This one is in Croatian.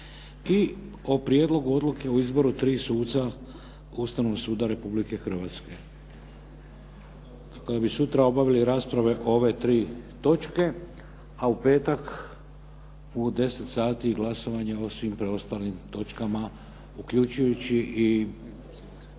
i o Prijedlogu odluke o izboru tri suca Ustavnog suda Republike Hrvatske, tako da bi sutra obavili rasprave o ove tri točke a u petak u 10 sati glasovanje o svim preostalim točkama uključujući i